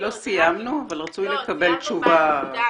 לא סיימנו, אבל רצוי לקבל תשובה.